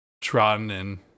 trotting